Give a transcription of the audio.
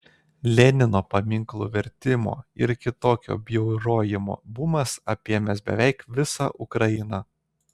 lenino paminklų vertimo ir kitokio bjaurojimo bumas apėmęs beveik visą ukrainą